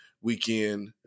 weekend